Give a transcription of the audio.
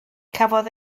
cafodd